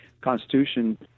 Constitution